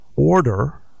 Order